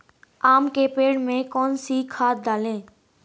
आम के पेड़ में कौन सी खाद डालें?